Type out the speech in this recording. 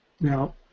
Now